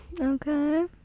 Okay